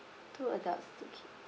two adults two kids